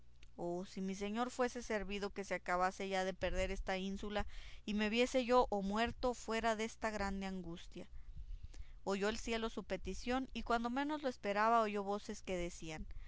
oh si mi señor fuese servido que se acabase ya de perder esta ínsula y me viese yo o muerto o fuera desta grande angustia oyó el cielo su petición y cuando menos lo esperaba oyó voces que decían